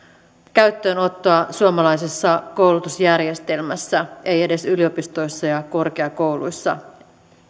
käyttöönottoa suomalaisessa koulutusjärjestelmässä ei edes yliopistoissa ja korkeakouluissa